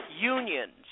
unions